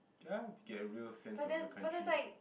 ya to get real sense of the country